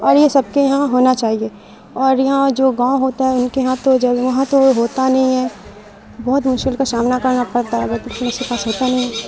اور یہ سب کے یہاں ہونا چاہیے اور یہاں جو گاؤں ہوتا ہے ان کے یہاں تو وہاں تو ہوتا نہیں ہے بہت مشکل کا سامنا کرنا پڑتا ہے اگر تو کسی کے پاس ہوتا نہیں ہے